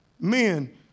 men